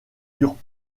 durent